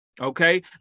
Okay